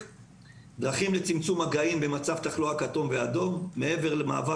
דרכים לצמצום מגעים במצב תחלואה כתום ואדום: מעבר למעבר